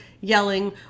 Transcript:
yelling